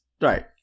right